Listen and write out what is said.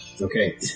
Okay